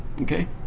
okay